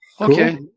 Okay